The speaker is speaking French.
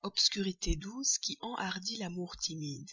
obscurité douce qui enhardit l'amour timide